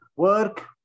work